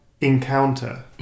encounter